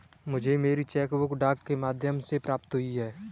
मुझे मेरी cheque book डाक के माध्यम से प्राप्त हुई है